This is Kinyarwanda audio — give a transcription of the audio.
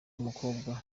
w’umukobwa